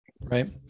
right